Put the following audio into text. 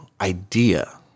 idea